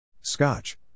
Scotch